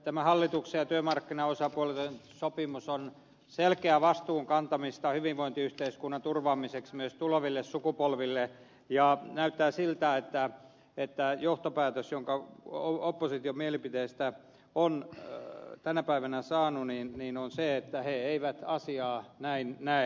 tämä hallituksen ja työmarkkinaosapuolten sopimus on selkeää vastuun kantamista hyvinvointiyhteiskunnan turvaamiseksi myös tuleville sukupolville ja näyttää siltä että johtopäätös jonka opposition mielipiteistä on tänä päivänä voinut tehdä on se että he eivät asiaa näin näe